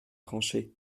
tranchées